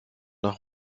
nach